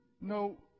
no